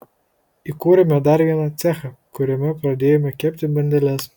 įkūrėme dar vieną cechą kuriame pradėjome kepti bandeles